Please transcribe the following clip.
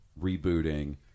rebooting